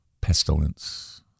pestilence